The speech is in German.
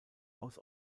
aus